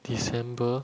december